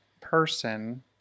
person –